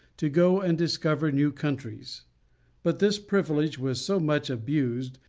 to go and discover new countries but this privilege was so much abused,